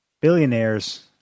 billionaires